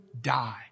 die